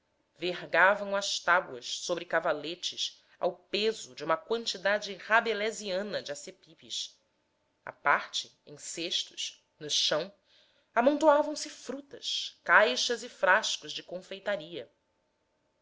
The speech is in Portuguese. vergavam as tábuas sobre cavaletes ao peso de uma quantidade rabelaisiana de acepipes à parte em cestos no chão amontoavam se frutas caixas e frascos de confeitaria